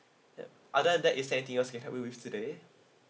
yup other than that is there anything else can help you with today